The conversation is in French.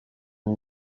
une